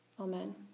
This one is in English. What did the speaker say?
Amen